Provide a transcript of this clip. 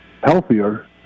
healthier